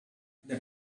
that